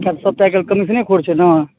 सबसे पैघ तऽ आइ काल्हि कमीसने खोर छै ने